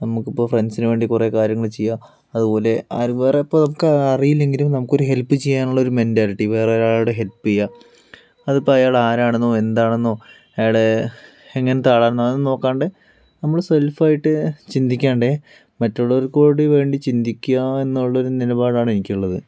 നമുക്കിപ്പോൾ ഫ്രണ്ട്സിനു വേണ്ടി കുറേ കാര്യങ്ങള് ചെയ്യാം അതുപോലെ ആരും വേറെ ഇപ്പോൾ നമുക്ക് അറിയില്ലെങ്കിലും നമുക്ക് ഒരു ഹെൽപ്പ് ചെയ്യാനുള്ള ഒരു മെന്റാലിറ്റി വേറൊരാളുടെ ഹെല്പ് ചെയ്യുക അതിപ്പോൾ അയാൾ ആരാണെന്നോ എന്താണെന്നോ അയാള് എങ്ങനത്തെ ആളാണെന്നോ അതൊന്നും നോക്കാണ്ട് നമ്മള് സെൽഫായിട്ട് ചിന്തിക്കാണ്ട് മറ്റുള്ളവർക്കുകൂടി വേണ്ടി ചിന്തിക്കുക എന്നുള്ളൊരു നിലപാടാണ് എനിക്കുള്ളത്